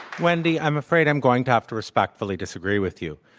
wendy, i'm afraid i'm going to have to respectfully disagree with you.